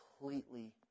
completely